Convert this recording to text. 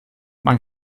man